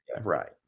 right